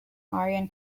aryan